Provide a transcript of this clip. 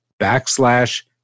backslash